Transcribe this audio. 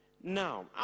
Now